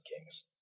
kings